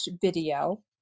video